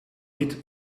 niet